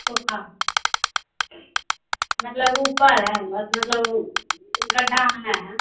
सुखा मतलब उपर है तो मतलब गड्ढा में नहीं है